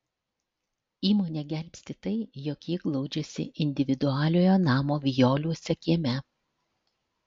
įmonę gelbsti tai jog ji glaudžiasi individualiojo namo vijoliuose kieme